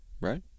right